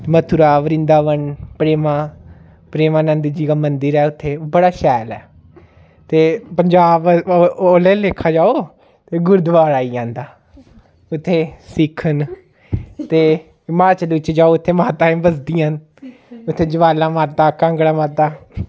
मथुरा वृन्दावन प्रेमा प्रेमा नन्द जी का मंदिर इत्थै बड़ा शैल ऐ ते पंजाब ओह् आह्ला लेखा जाओ ते गुरुद्वारा आई जंदा उत्थै सिक्ख न ते हिमाचल च जाओ उत्थै माता बसदियां न उत्थै ज्वाला माता कांगड़ा माता